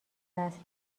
وصل